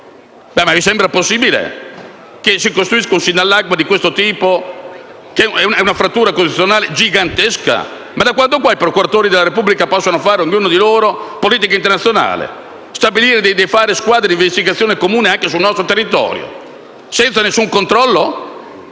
Vi sembra possibile che si costruisca un sinallagma di questo tipo, che è una frattura costituzionale gigantesca? Da quando i procuratori della Repubblica possono fare, ognuno di loro, politica internazionale e stabilire di fare squadre di investigazione comune anche sul nostro territorio, senza alcun controllo